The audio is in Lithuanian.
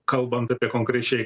kalbant apie konkrečiai